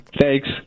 thanks